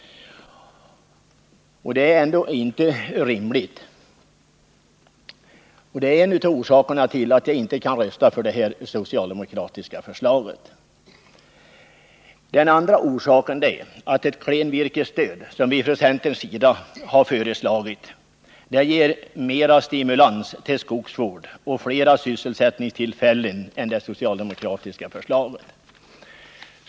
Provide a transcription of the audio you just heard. Det måste anses vara orimligt, och det är en av orsakerna till att jag inte kan rösta på det socialdemokratiska förslaget. Den andra orsaken är att det klenvirkesstöd som vi från centerns sida har föreslagit ger bättre stimulans till skogsvård och fler sysselsättningstillfällen än det socialdemokratiska förslaget.